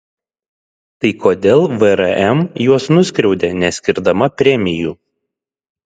tai kodėl vrm juos nuskriaudė neskirdama premijų